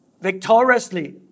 victoriously